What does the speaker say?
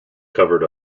covered